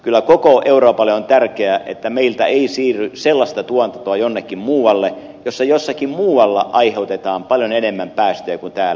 kyllä koko euroopalle on tärkeää että meiltä ei siirry sellaista tuotantoa jonnekin muualle jossa jossakin muualla aiheutetaan paljon enemmän päästöjä kuin täällä